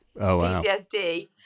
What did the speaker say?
PTSD